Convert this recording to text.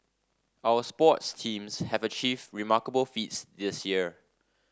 our sports teams have achieved remarkable feats this year